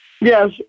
Yes